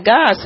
God